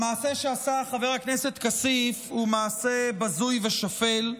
המעשה שעשה חבר הכנסת כסיף הוא מעשה בזוי ושפל.